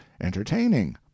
entertaining